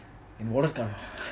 ஏன்:yean wallet காணும்:kanum